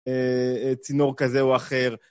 צינור כזה או אחר.